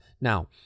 now